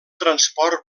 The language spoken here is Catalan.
transport